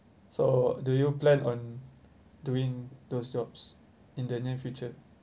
so do you plan on doing those jobs in the near future